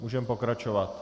Můžeme pokračovat.